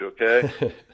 okay